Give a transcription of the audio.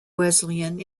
wesleyan